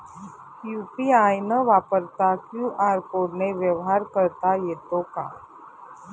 UPI न वापरता QR कोडने व्यवहार करता येतो का?